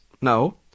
No